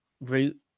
route